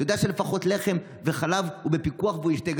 אתה יודע שלפחות לחם וחלב הוא בפיקוח והוא ישתה,